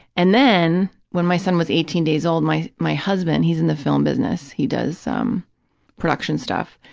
and then when my son was eighteen days old, my my husband, he's in the film business. he does um production stuff.